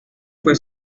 fue